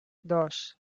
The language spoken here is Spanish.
dos